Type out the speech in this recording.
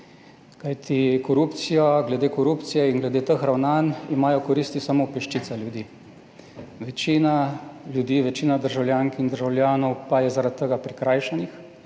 Kajti, glede korupcije in glede teh ravnanj ima koristi samo peščica ljudi. Večina ljudi, večina državljank in državljanov pa je zaradi tega prikrajšanih.